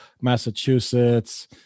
Massachusetts